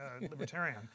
libertarian